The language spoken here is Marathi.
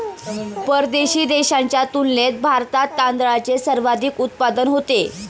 परदेशी देशांच्या तुलनेत भारतात तांदळाचे सर्वाधिक उत्पादन होते